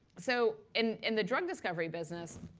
so in in the drug discovery business,